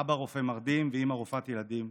אבא רופא מרדים ואימא רופאת ילדים,